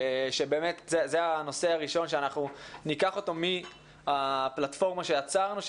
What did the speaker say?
שבאמת זה הנושא הראשון שאנחנו ניקח אותו מהפלטפורמה שיצרנו,